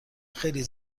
خیلی